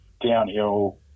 downhill